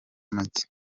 make